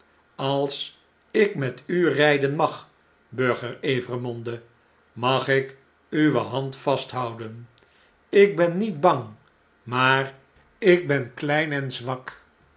als ik met u rjjden mag burger evremonde mag ik uwe hand vasthouden ik ben niet bang maar ik ben klein en zwak